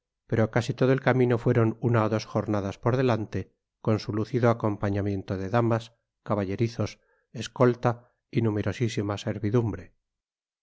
pero casi todo el camino fueron una o dos jornadas por delante con su lucido acompañamiento de damas caballerizos escolta y numerosísima servidumbre